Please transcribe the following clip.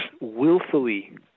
willfully